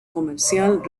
comercial